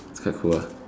it's quite cool ah